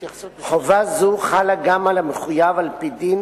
חובה זאת חלה גם על המחויב על-פי דין